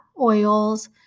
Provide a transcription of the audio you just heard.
oils